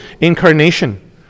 incarnation